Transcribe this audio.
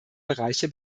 bereiche